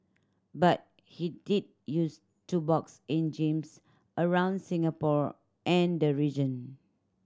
but he did use to box in gyms around Singapore and the region